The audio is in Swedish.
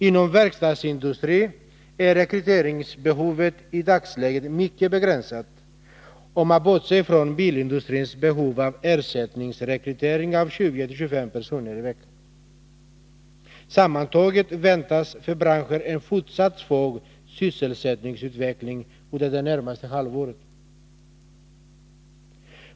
Inom verkstadsindustrin är rekryteringsbehovet i dagsläget mycket begränsat, om man bortser från bilindustrins behov av ersättningsrekrytering med 20-25 personer i veckan. Sammantaget väntas för branschen en fortsatt svag sysselsättningsutveckling under det närmaste halvåret.